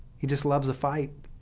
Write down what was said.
he just loves the fight.